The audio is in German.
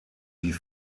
die